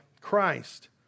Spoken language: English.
Christ